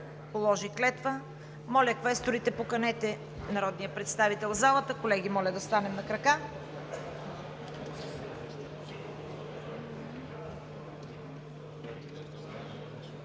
положи клетва. Моля, квесторите, поканете народния представител в залата. Колеги, моля да станем на крака.